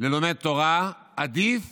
ללומד תורה, עדיף